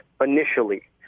initially